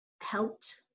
helped